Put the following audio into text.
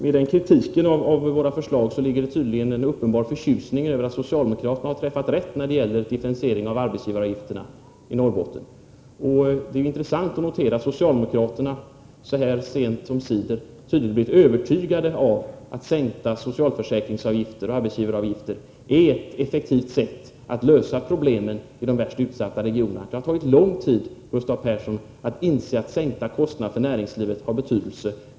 I den kritiken av våra förslag ligger en uppenbar förtjusning över att socialdemokraterna anser sig ha träffat rätt när det gäller differentieringen av arbetsgivaravgifterna i Norrbotten. Det är intressant att notera att socialdemokraterna sent omsider tydligen blivit övertygade om att sänkta socialförsäkringsavgifter och arbetsgivaravgifter är ett effektivt sätt att lösa problemet i de värst utsatta regionerna. Det har tagit lång tid, Gustav Persson, att få socialdemokraterna att inse att sänkta kostnader för näringslivet har betydelse.